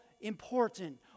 important